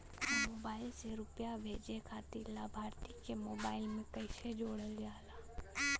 Mobile से रूपया भेजे खातिर लाभार्थी के मोबाइल मे कईसे जोड़ल जाला?